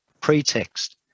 pretext